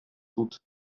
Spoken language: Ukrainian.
тут